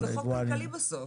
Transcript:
זה חוק כלכלי בסוף.